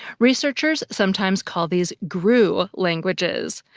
researchers sometimes call these grue languages,